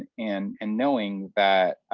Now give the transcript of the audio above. and and and knowing that,